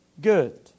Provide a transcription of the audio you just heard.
good